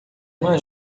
uma